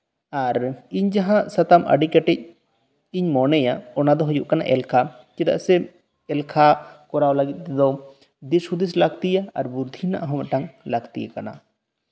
ᱟᱨ ᱤᱧ ᱡᱟᱦᱟᱸ ᱥᱟᱛᱢ ᱟᱹᱰᱤ ᱠᱮᱴᱮᱡ ᱤᱧ ᱢᱚᱱᱮᱭᱟ ᱚᱱᱟ ᱫᱚ ᱦᱩᱭᱩᱜ ᱠᱟᱱᱟ ᱮᱞᱠᱷᱟ ᱪᱮᱫᱟᱜ ᱥᱮ ᱮᱞᱠᱷᱟ ᱠᱚᱨᱟᱣ ᱞᱟᱹᱜᱤᱫ ᱛᱮᱫᱚ ᱫᱤᱥᱦᱩᱫᱤᱥ ᱞᱟᱹᱠᱛᱤᱭᱟ ᱟᱨ ᱵᱩᱫᱽᱫᱷᱤ ᱨᱮᱱᱟᱜ ᱦᱚᱸ ᱢᱤᱫᱴᱟᱝ ᱞᱟᱹᱠᱛᱤ ᱜᱮ ᱠᱟᱱᱟ